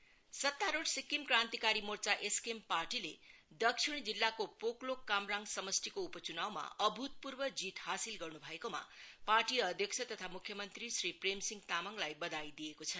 SKM सत्तारूढ़ Sikkim Krantikari Morcha SKM पार्टीले दक्षिण जिल्लाको पोकलोक कामराङ समष्टिको उपचुनाउमा अभूतपूर्व जीत हासिल गर्नु भएकोमा पार्टी अध्यक्ष तथा मुख्य मंत्री श्री प्रेम सिंह तामाङलाई बधाई दिएको छ